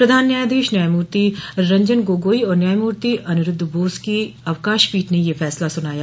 प्रधान न्यायाधीश न्यायमूर्ति रंजन गोगोई और न्यायमूर्ति अनिरूद्ध बोस की अवकाश पोठ ने यह फैसला सुनाया